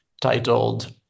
titled